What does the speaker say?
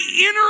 inner